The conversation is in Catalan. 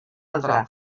altra